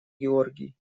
георгий